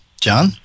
John